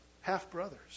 half-brothers